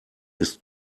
ist